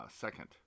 second